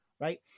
right